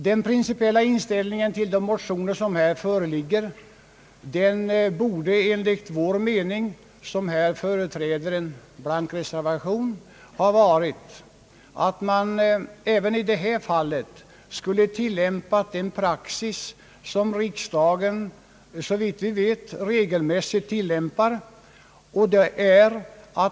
Den principiella inställningen till de motioner som här föreligger borde, anser vi som här företräder en blank reservation, ha varit att man även i detta fall skulle tillämpa den praxis som riksdagen, såvitt vi vet, regelmässigt tillämpar.